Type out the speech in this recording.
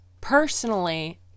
personally